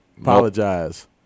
Apologize